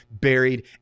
buried